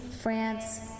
France